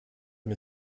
mir